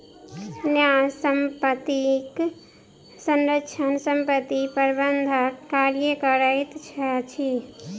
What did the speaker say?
न्यास संपत्तिक संरक्षक संपत्ति प्रबंधनक कार्य करैत अछि